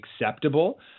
acceptable